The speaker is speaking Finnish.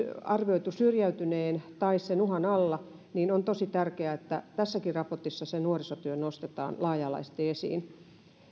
arvioitu syrjäytyneen tai olevan sen uhan alla niin on tosi tärkeää että tässäkin raportissa se nuorisotyö nostetaan laaja alaisesti esiin